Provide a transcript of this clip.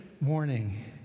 morning